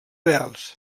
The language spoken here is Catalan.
reals